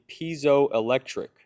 piezoelectric